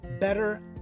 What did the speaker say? better